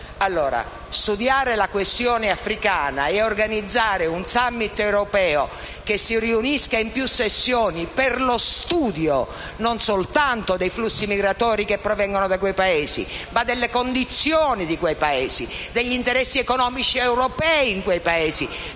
studiare la questione africana e organizzare un *summit* europeo che si riunisca in più sessioni per lo studio, non soltanto dei flussi migratori provenienti da quei Paesi, ma delle condizioni di quei Paesi, degli interessi economici europei in quei Paesi,